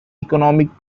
economic